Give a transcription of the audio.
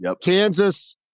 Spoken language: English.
Kansas